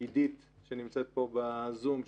עידית שנמצאת פה בזום,